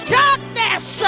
darkness